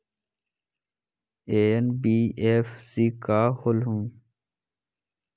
NBFC का होलहु?